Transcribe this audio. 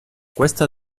questa